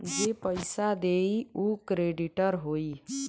जे पइसा देई उ क्रेडिटर होई